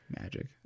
Magic